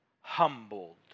humbled